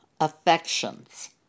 affections